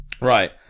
Right